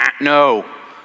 no